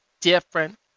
different